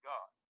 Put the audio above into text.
God